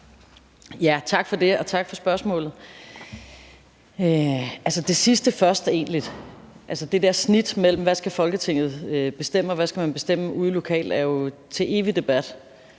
Tak for det, og tak for spørgsmålet. Til det sidste først: Det snit mellem, hvad Folketinget skal bestemme, og hvad man skal bestemme ude lokalt, er jo til evig debat.